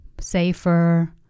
safer